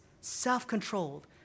self-controlled